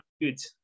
good